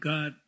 God